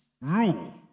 rule